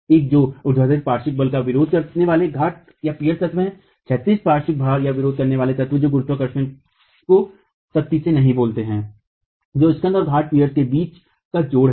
एक जो ऊर्ध्वाधर पार्श्व भार का विरोध करने वाला घाट तत्व है क्षैतिज पार्श्व भार का विरोध करने वाला तत्व जो गुरुत्वाकर्षण को सख्ती से नहीं बोलता है जो स्कन्ध और घाटपियर के बीच का जोड़ है